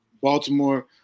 Baltimore